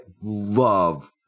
love